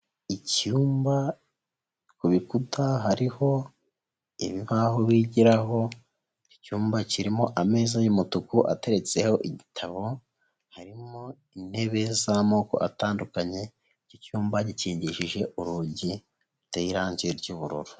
Icyumba ku bikuta hariho ibibaho bigiraho, icyumba kirimo ameza y'umutuku ateretseho igitabo, harimo intebe z'amoko atandukanye, icyumba gikingishije urugi ruteye irangi ry'ubururu.